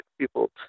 People